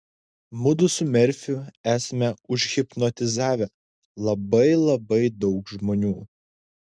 mudu su merfiu esame užhipnotizavę labai labai daug žmonių